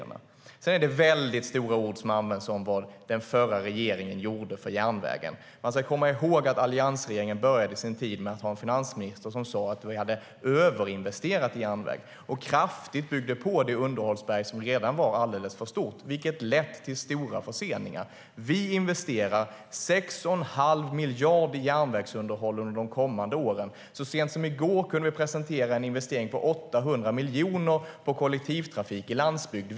Svar på interpellationer Sedan är det väldigt stora ord som används om vad den förra regeringen gjorde för järnvägen. Man ska komma ihåg att alliansregeringen började sin tid med att ha en finansminister som sa att vi hade överinvesterat i järnväg och kraftigt byggde på det underhållsberg som redan var alldeles för stort, vilket har lett till stora förseningar. Vi investerar 6 1⁄2 miljard i järnvägsunderhåll under de kommande åren. Så sent som i går kunde vi presentera en investering på 800 miljoner i kollektivtrafik i landsbygd.